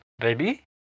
Ready